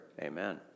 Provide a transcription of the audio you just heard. Amen